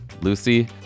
Lucy